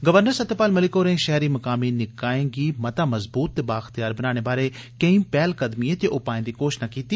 governor Satyapal Malik होरें शैहरी मकामी निकाएं गी मता मजबूत ते बाइख्तयार बनाने बारै केंई पैहलकदमियें ते उपाएं दी घोषणा कीती